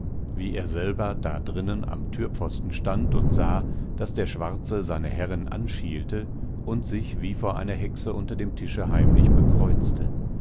wie er selber da drinnen am türpfosten stand und sah daß der schwarze seine herrin anschielte und sich wie vor einer hexe unter dem tische heimlich bekreuzte